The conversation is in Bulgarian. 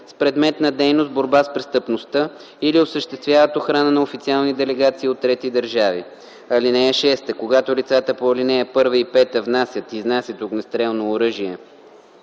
с предмет на дейност борба с престъпността или осъществяват охрана на официални делегации от трети държави. (6) Когато лицата по ал. 1 и 5 внасят/изнасят огнестрелно оръжие